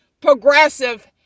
progressive